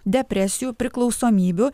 depresijų priklausomybių